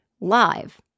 live